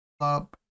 Up